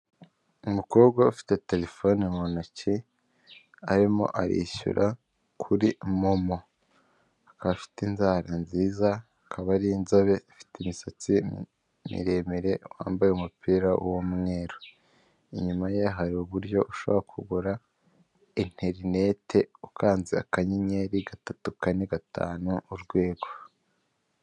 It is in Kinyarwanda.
Umukobwa ufite telefone mu ntoki arimo arishyura kuri momo, akaba afite inzara nziza akaba ari inzobe, afite imisatsi miremire, wambaye umupira w'umweru, inyuma ye hari uburyo ushobora kugura interineti ukanze akanyenyeri gatatu kane gatanu urwego.